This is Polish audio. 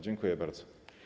Dziękuję bardzo.